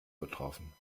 betroffen